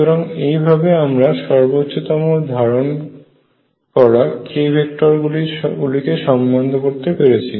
সুতরাং এইভাবে আমরা সর্বোচ্চ তম ধারণ করা k ভেক্টর গুলিকে সম্বন্ধ করতে পেরেছি